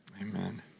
amen